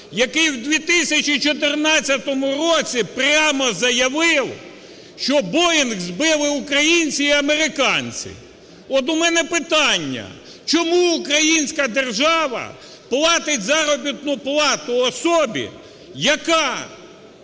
який в 2014 році прямо заявив, що "Боїнг" збили українці і американці? От у мене питання: чому українська держава платить заробітну плату особі, яка